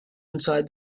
inside